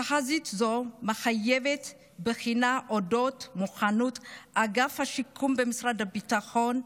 תחזית זו מחייבת בחינה של מוכנות אגף השיקום במשרד הביטחון,